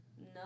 no